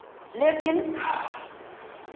लेकिन